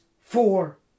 four